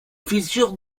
fissures